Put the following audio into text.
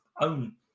own